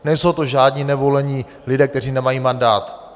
Nejsou to žádní nevolení lidé, kteří nemají mandát.